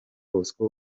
bosco